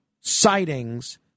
sightings